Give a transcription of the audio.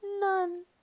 None